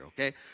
okay